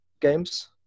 games